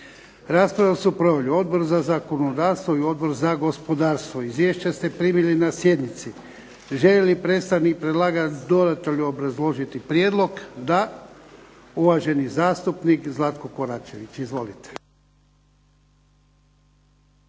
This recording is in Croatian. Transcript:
Raspravu su proveli Odbor za zakonodavstvo i Odbor za gospodarstvo, izvješća ste primili na sjednici. Želi li predstavnik predlagatelja dodatno obrazložiti prijedlog? Da. Uvaženi zastupnik Zlatko KOračević. Izvolite.